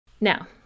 Now